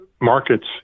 markets